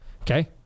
okay